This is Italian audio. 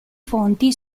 fonti